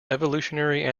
evolutionary